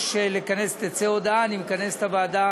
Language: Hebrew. תצא הודעה, אני מכנס את הוועדה